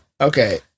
okay